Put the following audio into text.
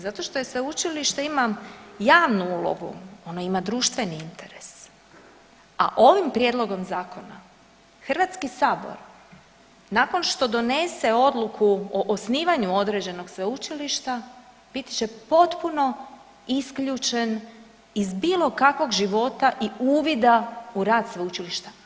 Zato što sveučilište ima javnu ulogu, ono ima društveni interes, a ovim prijedlogom zakona Hrvatski sabor nakon što donese odluku o osnivanju određenog sveučilišta bit će potpuno isključen iz bilo kakvog života i uvida u rad sveučilišta.